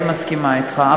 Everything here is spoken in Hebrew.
אני מסכימה אתך,